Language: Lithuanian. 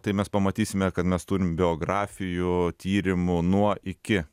tai mes pamatysime kad mes turim biografijų tyrimų nuo iki